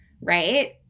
right